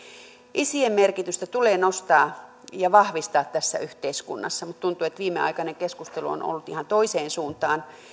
isien merkitystä tulee nostaa ja vahvistaa tässä yhteiskunnassa mutta tuntuu että viimeaikainen keskustelu on ollut ihan toiseen suuntaan